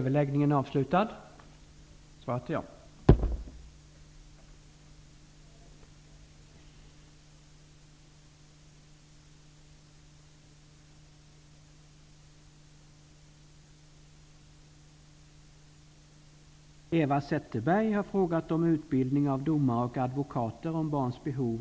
En dom nyligen vid Göta hovrätt har upprört en stor del av Sveriges befolkning. Domen gällde enligt Tingsrätten ett våldtäktsbrott mot en flicka, som var 8 år då brottet utfördes. Hovrätten ändrade domen till sexuellt umgänge med barn och